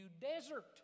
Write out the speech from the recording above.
desert